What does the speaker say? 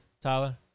tyler